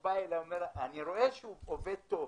אני רואה שהוא עובד טוב,